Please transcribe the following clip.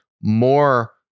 more